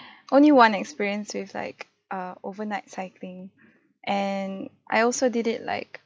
only one experience with like err overnight cycling and I also did it like